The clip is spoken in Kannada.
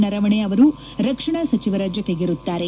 ನರವಾಣೆ ಅವರು ರಕ್ಷಣಾ ಸಚಿವರ ಜೊತೆಗಿರುತ್ತಾರೆ